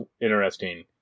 interesting